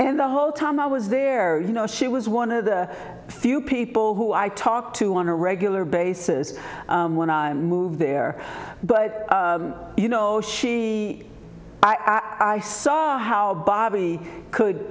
and the whole time i was there you know she was one of the few people who i talked to on a regular basis when i moved there but you know she i saw how bobby could